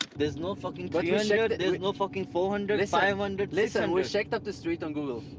there's no fucking but you know fucking four hundred, five hundred. listen! we checked up the street on google.